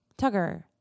Tugger